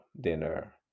dinner